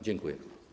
Dziękuję.